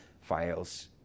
files